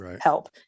help